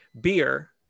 beer